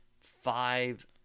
five